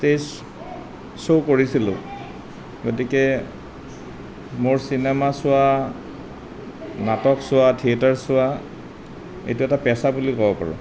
stage show কৰিছিলোঁ গতিকে মোৰ চিনেমা চোৱা নাটক চোৱা থিয়েটাৰ চোৱা এইটো এটা পেচা বুলি ক'ব পাৰোঁ